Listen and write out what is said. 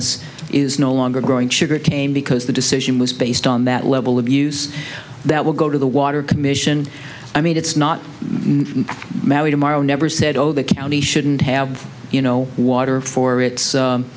n s is no longer growing sugar cane because the decision was based on that level of use that will go to the water commission i mean it's not mary tomorrow never said oh the county shouldn't have you know water for its